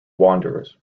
wanderers